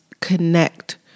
connect